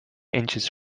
inches